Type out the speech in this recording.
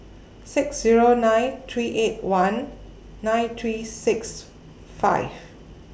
six Zero nine three eight one nine three six five